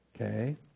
Okay